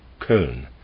Köln